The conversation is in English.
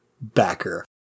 Backer